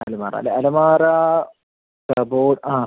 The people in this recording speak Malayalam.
അലമാര അല്ലെ അലമാര കപ്ബോർഡ് ആ